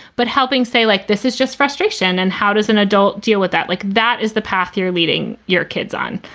but helping say like this is just frustration. and how does an adult deal with that? like, that is the path you're leading your kids on.